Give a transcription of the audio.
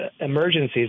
emergencies